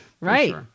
right